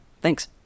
thanks